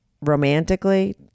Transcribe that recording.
romantically